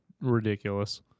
ridiculous